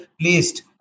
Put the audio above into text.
placed